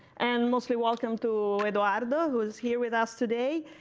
and mostly welcome to edoardo, who is here with us today.